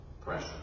pressure